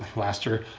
laster?